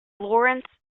lawrence